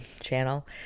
channel